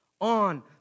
on